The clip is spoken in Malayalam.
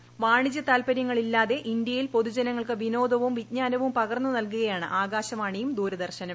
പ്ലൂണിജ്യ താല്പര്യങ്ങളില്ലാതെ ഇന്ത്യയിൽ പൊതുജനങ്ങൾക്ക് വിനോദവും വിജ്ഞാനവും പകർന്നു നൽകുകയാണ് ആകാശവാണിയും ദൂരദർശനും